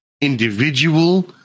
individual